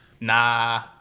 Nah